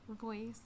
voice